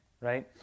right